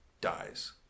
dies